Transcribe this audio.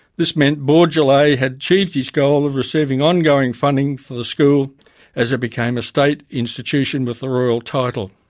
this meant bourgelat had achieved his goal of receiving ongoing funding for the school as it became a state institution with the royal title.